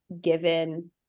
given